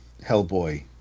Hellboy